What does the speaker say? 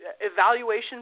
evaluation